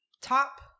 top